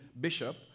bishop